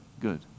good